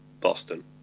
Boston